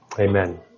Amen